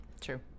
True